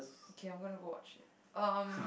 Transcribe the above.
okay I'm gonna go watch it um